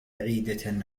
بعيدة